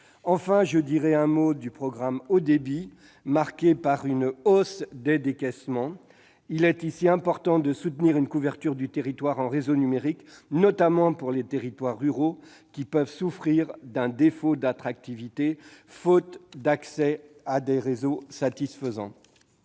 Le plan France Très haut débit est marqué par une hausse des décaissements. Il est ici important de soutenir une couverture du territoire en réseau numérique, notamment pour les territoires ruraux, qui peuvent souffrir d'un défaut d'attractivité faute d'accès à des réseaux satisfaisants.